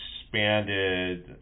expanded